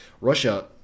Russia